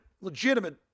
legitimate